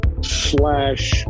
slash